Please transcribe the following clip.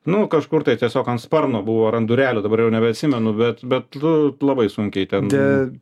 nu kažkur tai tiesiog ant sparno buvo ar ant durelių dabar jau nebeatsimenu bet nu labai sunkiai ten